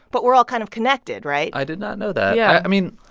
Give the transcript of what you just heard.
but we're all kind of connected, right? i did not know that yeah i mean,